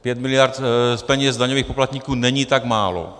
Pět miliard z peněz daňových poplatníků není tak málo.